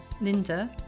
Linda